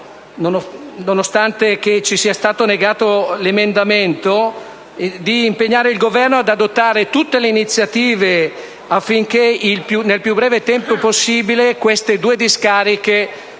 (nonostante ci sia stato negato l'emendamento) di impegnare il Governo ad adottare tutte le iniziative affinché nel più breve tempo possibile queste due discariche vengano